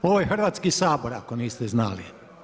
Ovo je Hrvatski sabor, ako niste znali.